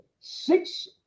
six